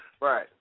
Right